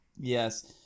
Yes